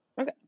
Okay